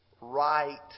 right